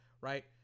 Right